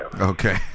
Okay